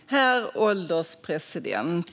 Herr ålderspresident!